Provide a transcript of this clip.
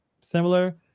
similar